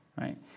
right